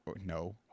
no